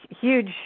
huge